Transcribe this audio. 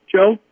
Joe